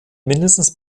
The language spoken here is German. mindestens